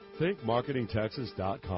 ThinkMarketingTexas.com